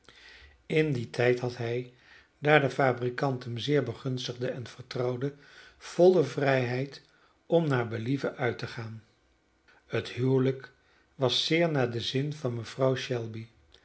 in dien tijd had hij daar de fabrikant hem zeer begunstigde en vertrouwde volle vrijheid om naar believen uit te gaan het huwelijk was zeer naar den zin van mevrouw shelby